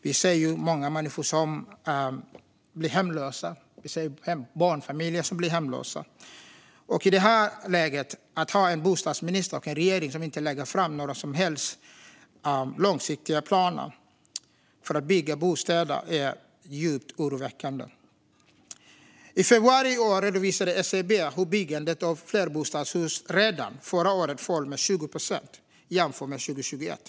Vi ser många människor, även barnfamiljer, bli hemlösa. Att i detta läge ha en bostadsminister och en regering som inte lägger fram några som helst långsiktiga planer på bostadsbyggande är djupt oroväckande. I februari i år redovisade SCB hur byggandet av flerbostadshus redan förra året föll med 20 procent jämfört med 2021.